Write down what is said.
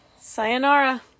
Sayonara